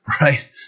Right